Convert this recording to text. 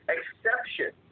Exception